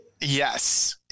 Yes